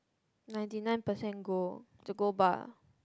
ninety nine percent gold is a gold bar